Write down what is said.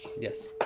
Yes